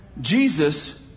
Jesus